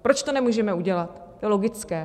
Proč to nemůžeme udělat, je logické.